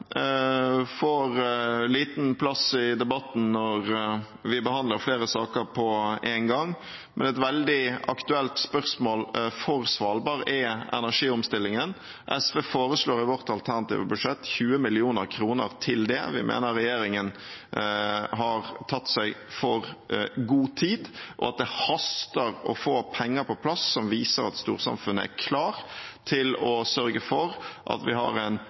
får liten plass i debatten når vi behandler flere saker på en gang, men et veldig aktuelt spørsmål for Svalbard er energiomstillingen. SV foreslår i vårt alternative budsjett 20 mill. kr til det. Vi mener regjeringen har tatt seg for god tid, og at det haster å få på plass penger som viser at storsamfunnet er klart til å sørge for at vi har en